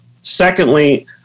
secondly